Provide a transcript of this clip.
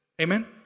Amen